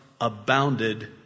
abounded